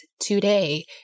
today